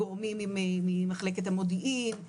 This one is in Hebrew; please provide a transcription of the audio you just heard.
גורמים ממחלקת המודיעין,